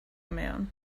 moon